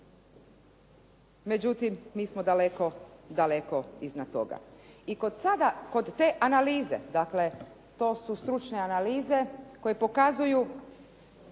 Međutim, mi smo daleko, daleko iznad toga. I kod sada, kod te analize dakle, to su stručne analize koje pokazuju